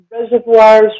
reservoirs